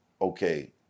okay